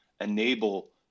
enable